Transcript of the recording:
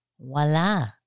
Voila